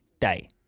day